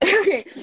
Okay